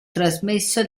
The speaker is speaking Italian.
trasmesso